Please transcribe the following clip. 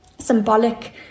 symbolic